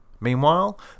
Meanwhile